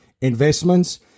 investments